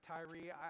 Tyree